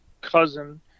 cousin